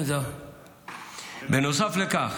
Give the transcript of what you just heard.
בנוסף לכך